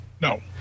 No